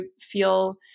feel